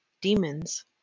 demons